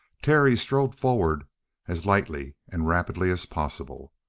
terry strode forward as lightly and rapidly as possible.